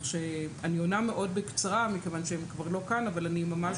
אני עונה מאוד בקצרה מכיוון שהנציגים כבר לא כאן אבל אני ממש